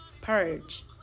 purge